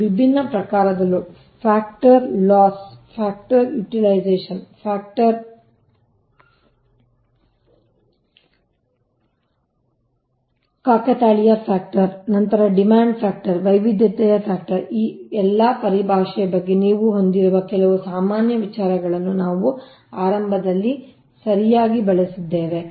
ಮತ್ತು ವಿಭಿನ್ನ ಪ್ರಕಾರದ load factor loss factor utilization factor ಕಾಕತಾಳೀಯ ಫ್ಯಾಕಟರ್ ನಂತರ ಡಿಮಾಂಡ್ ಫ್ಯಾಕಟರ್ ವೈವಿಧ್ಯತೆಯ ಫ್ಯಾಕಟರ್ ಈ ಎಲ್ಲಾ ಪರಿಭಾಷೆಯ ಬಗ್ಗೆ ನೀವು ಹೊಂದಿರುವ ಕೆಲವು ಸಾಮಾನ್ಯ ವಿಚಾರಗಳನ್ನು ನಾವು ಆರಂಭದಲ್ಲಿ ಸರಿಯಾಗಿ ಬಳಸಿದ್ದೇವೆ